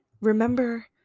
remember